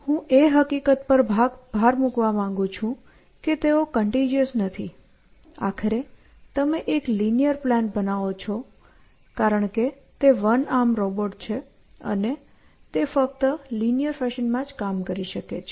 હું એ હકીકત પર ભાર મૂકવા માંગું છું કે તેઓ કન્ટીગ્યુઓસ નથી આખરે તમે એક લિનીઅર પ્લાન બનાવો છો કારણ કે તે વન આર્મ રોબોટ છે અને તે ફક્ત લિનીઅર ફેશનમાં જ કામ કરી શકે છે